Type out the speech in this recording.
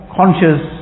conscious